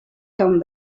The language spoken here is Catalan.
ton